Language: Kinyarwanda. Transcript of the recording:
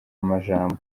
amajambo